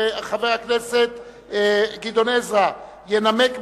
חבר הכנסת גדעון עזרא ינמק,